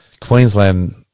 Queensland